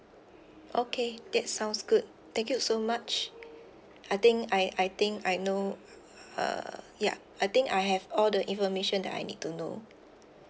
okay that sounds good thank you so much I think I I think I know uh ya I think I have all the information that I need to know